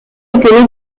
était